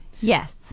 Yes